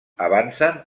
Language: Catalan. avancen